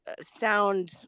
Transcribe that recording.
sound